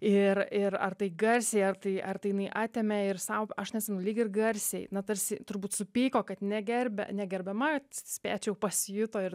ir ir ar tai garsiai ar tai ar tai jinai atėmė ir sau aš neatsimenu lyg ir garsiai na tarsi turbūt supyko kad negerbia negerbiama spėčiau pasijuto ir